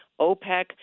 OPEC